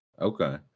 okay